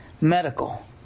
medical